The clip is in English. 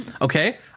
okay